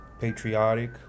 patriotic